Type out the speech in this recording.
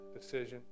decision